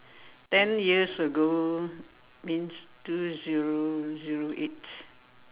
ten years ago means two zero zero eight